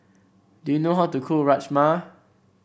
do you know how to cook Rajma